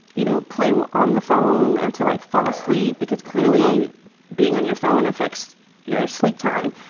you know, play well on the phone until, like, fall asleep because clearly being on your phone affects your ah sleep time.